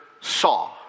saw